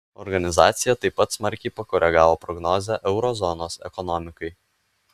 organizacija taip pat smarkiai pakoregavo prognozę euro zonos ekonomikai